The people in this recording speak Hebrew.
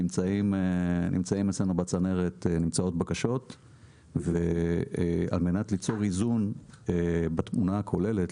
נמצאות אצלנו בצנרת בקשות ועל מנת ליצור איזון בתמונה הכוללת,